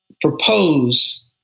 propose